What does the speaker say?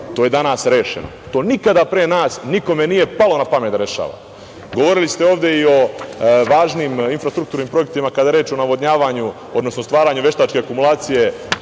To je danas rešeno. To nikada pre nas nikome nije palo na pamet da rešava. Govorili ste ovde i o važnim infrastrukturnim projektima kada je reč o navodnjavanju, odnosno stvaranju veštačke akumulacije